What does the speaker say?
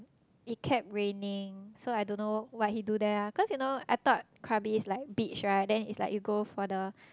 it kept raining so I don't know what he do there lah cause you know I thought Krabi is like beach right then is like you go for the